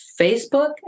Facebook